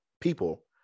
people